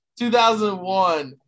2001